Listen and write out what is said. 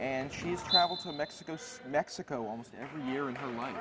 and she's traveled to mexico so mexico almost every year in her mind